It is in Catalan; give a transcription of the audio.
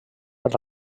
per